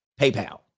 PayPal